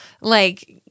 like-